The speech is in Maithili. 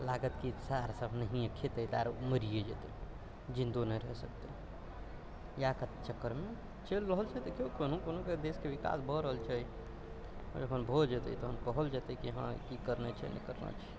लागत कि सार सभ नहियै खेतै तऽ आरो मरियै जेतै जिन्दो नहि रहि सकते इएह चक्करमे चलि रहल छै देखियौ कोनो कोनोके देशके विकास भऽ रहल छै आओर जखन भऽ जेतै तखन कहल जेतै कि हँ ई करना छै नहि करना छै